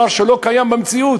דבר שלא קיים במציאות,